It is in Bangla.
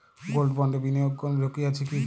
গোল্ড বন্ডে বিনিয়োগে কোন ঝুঁকি আছে কি?